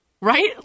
right